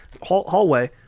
hallway